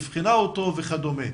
אבחנה אותו וכדומה.